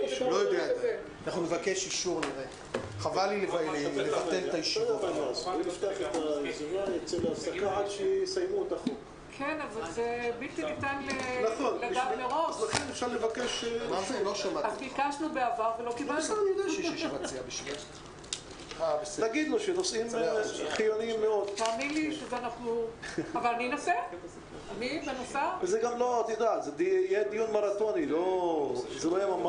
ננעלה בשעה 13:47.